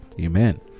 Amen